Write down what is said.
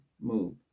move